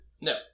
No